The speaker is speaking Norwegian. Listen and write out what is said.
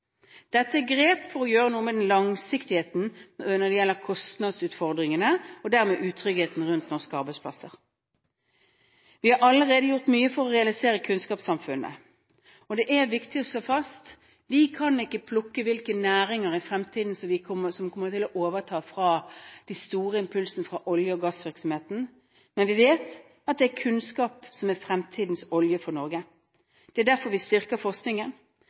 Dette er grep for å gjøre noe med langsiktigheten når det gjelder kostnadsutfordringene og dermed utryggheten rundt norske arbeidsplasser. Vi har allerede gjort mye for å realisere kunnskapssamfunnet. Det er viktig å slå fast: Vi kan ikke plukke hvilke næringer i fremtiden som kommer til å overta fra de store impulsene fra olje- og gassvirksomheten. Men vi vet at det er kunnskap som er fremtidens olje for Norge. Det er derfor vi styrker forskningen.